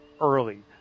early